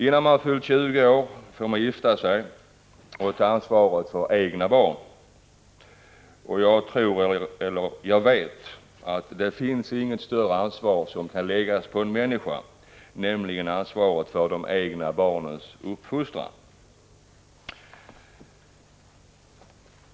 Innan man fyllt 20 år får man gifta sig och ta ansvaret för egna barn. Jag vet att inget större ansvar kan läggas på en människa än ansvaret för de egna barnens uppfostran.